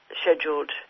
scheduled